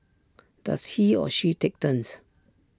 does he or she take turns